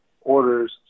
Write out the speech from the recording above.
orders